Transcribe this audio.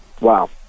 Wow